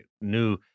new